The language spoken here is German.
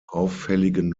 auffälligen